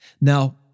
Now